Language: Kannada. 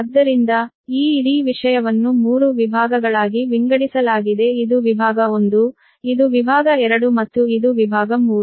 ಆದ್ದರಿಂದ ಈ ಇಡೀ ವಿಷಯವನ್ನು 3 ವಿಭಾಗಗಳಾಗಿ ವಿಂಗಡಿಸಲಾಗಿದೆ ಇದು ವಿಭಾಗ 1 ಇದು ವಿಭಾಗ 2 ಮತ್ತು ಇದು ವಿಭಾಗ 3